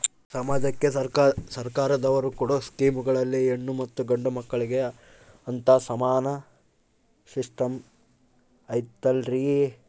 ಸಮಾಜಕ್ಕೆ ಸರ್ಕಾರದವರು ಕೊಡೊ ಸ್ಕೇಮುಗಳಲ್ಲಿ ಹೆಣ್ಣು ಮತ್ತಾ ಗಂಡು ಮಕ್ಕಳಿಗೆ ಅಂತಾ ಸಮಾನ ಸಿಸ್ಟಮ್ ಐತಲ್ರಿ?